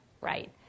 right